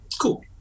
cool